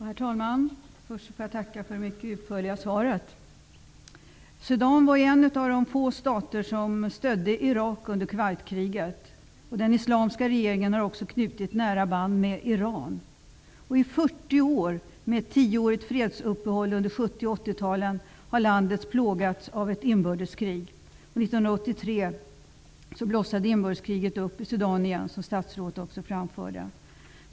Herr talman! Först vill jag tacka för det mycket utförliga svaret. Sudan var en av de få stater som stödde Irak under Kuwaitkriget. Den islamiska regeringen har också knutit nära band med Iran. I 40 år, med ett tioårigt fredsuppehåll under 70 och 80-talen, har landet plågats av ett inbördeskrig. 1983 blossade inbördeskriget upp i Sudan igen, som statsrådet också framförde.